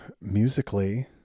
musically